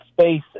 space